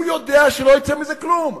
הוא יודע שלא יצא מזה כלום.